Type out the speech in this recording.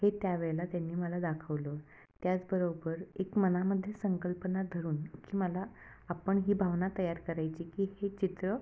हे त्यावेळेला त्यांनी मला दाखवलं त्याचबरोबर एक मनामध्ये संकल्पना धरून की मला आपण ही भावना तयार करायची की हे चित्र